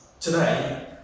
today